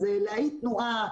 אז להאיט תנועה,